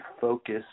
focus